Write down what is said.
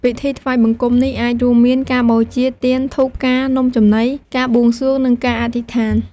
ពិធីថ្វាយបង្គំនេះអាចរួមមានការបូជា ទៀន ធូប ផ្កា នំចំណី ការបួងសួង និងការអធិដ្ឋាន។